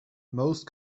most